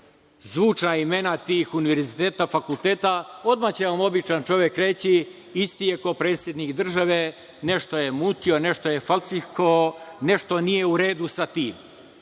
zvučna imena tih univerziteta, fakulteta, odmah će vam običan čovek reći – isti je kao predsednik države, nešto je mutio, nešto je falsifikovao, nešto nije u redu sa tim. Što